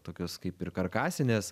tokios kaip ir karkasinės